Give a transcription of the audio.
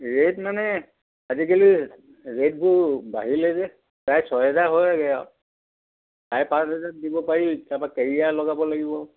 rate মানে আজিকালি ৰেটবোৰ বাঢ়িলে যে প্ৰায় ছহেজাৰ হয়গৈ আৰু চাৰে পাঁচ হোজাৰ দিব পাৰি তাৰাপৰা কেৰিয়াৰ লগাব লাগিব